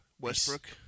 Westbrook